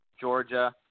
Georgia